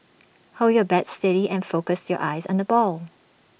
hold your bat steady and focus your eyes on the ball